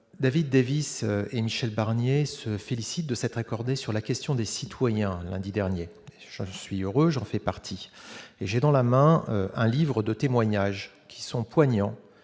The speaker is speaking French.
David Davis et Michel Barnier, se félicite de cette sur la question des citoyens, lundi dernier, je suis heureux, j'en fait partie et j'ai dans la main, un livre de témoignages qui sont poignants,